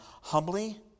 Humbly